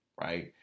right